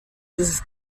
was